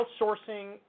outsourcing